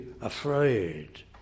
afraid